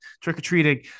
trick-or-treating